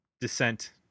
descent